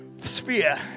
sphere